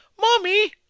mommy